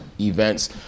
events